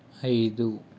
ఐదు